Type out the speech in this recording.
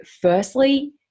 firstly